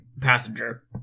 passenger